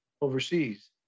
overseas